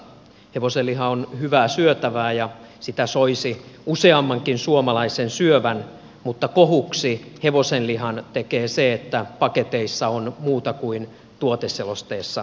hevosenliha on hyvää syötävää ja sitä soisi useammankin suomalaisen syövän mutta kohuksi hevosenlihan tekee se että paketeissa on muuta kuin mitä tuoteselosteessa kerrotaan